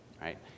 right